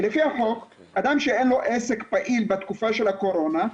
כי לפי החוק אדם שאין לו עסק פעיל בתקופה של הקורונה,